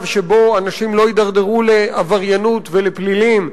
שאנשים לא יידרדרו לעבריינות ולפלילים,